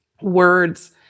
words